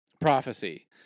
Prophecy